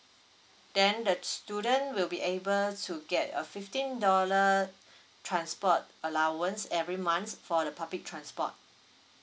then the student will be able to get a fifteen dollar transport allowance every month for the public transport